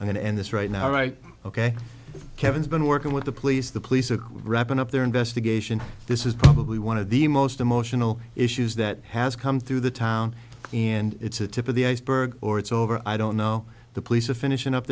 i'm going to end this right now right ok kevin's been working with the police the police are wrapping up their investigation this is probably one of the most emotional issues that has come through the town and it's a tip of the iceberg or it's over i don't know the police of finishing up